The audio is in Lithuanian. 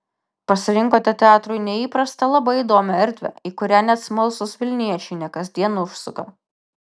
pasirinkote teatrui neįprastą labai įdomią erdvę į kurią net smalsūs vilniečiai ne kasdien užsuka